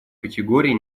категории